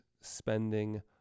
spending